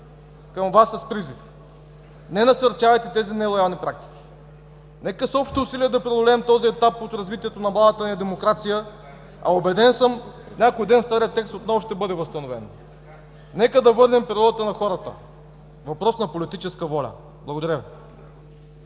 към Вас с призив: не насърчавайте тези нелоялни практики. Нека с общи усилия да преодолеем този етап от развитието на младата ни демокрация, а убеден съм – някой ден старият текст отново ще бъде възстановен. Нека да върнем природата на хората – въпрос на политическа воля. Благодаря Ви.